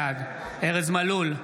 בעד ארז מלול,